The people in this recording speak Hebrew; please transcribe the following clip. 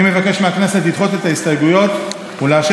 אני מבקש מהכנסת לדחות את ההסתייגות ולאשר